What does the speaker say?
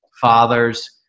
fathers